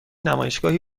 نمایشگاهی